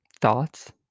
thoughts